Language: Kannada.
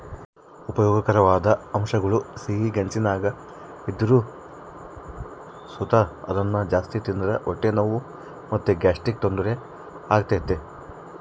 ಉಪಯೋಗಕಾರವಾದ ಅಂಶಗುಳು ಸಿಹಿ ಗೆಣಸಿನಾಗ ಇದ್ರು ಸುತ ಅದುನ್ನ ಜಾಸ್ತಿ ತಿಂದ್ರ ಹೊಟ್ಟೆ ನೋವು ಮತ್ತೆ ಗ್ಯಾಸ್ಟ್ರಿಕ್ ತೊಂದರೆ ಆಗ್ತತೆ